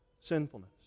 sinfulness